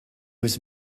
was